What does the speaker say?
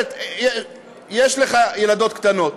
יש לך ילדות קטנות,